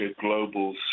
global